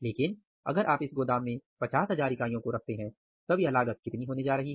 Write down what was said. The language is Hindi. लेकिन अगर आप इस गोदाम में 50000 इकाइयों को रखते हैं तब यह लागत कितनी होने जा रही है